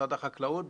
במשרד החקלאות,